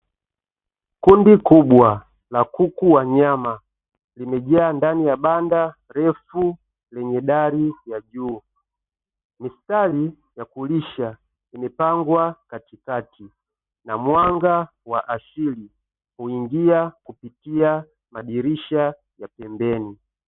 Kundi kubwa la kuku wa nyama limejaa ndani ya banda refu lenye dali ya juu, mistari ya kulisha imepangwa katikati na mwanga wa asilia kuingia kupitia madirisha ya pembeni.